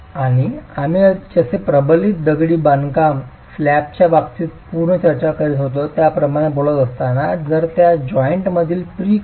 आणि आम्ही जसे प्रबलित दगडी बांधकाम स्लॅबच्या बाबतीत पूर्वी चर्चा करीत होतो त्याप्रमाणे बोलत असताना जर त्या जॉइंटतील प्री कम्प्रेशन साधारणत 0